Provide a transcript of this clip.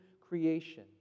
creation